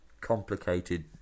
complicated